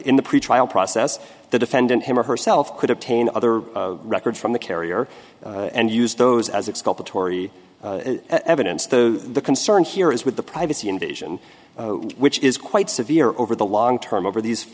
in the pretrial process the defendant him or herself could obtain other records from the carrier and use those as it's called the tory evidence though the concern here is with the privacy invasion which is quite severe over the long term over these